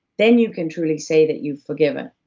then you can truly say that you've forgiven.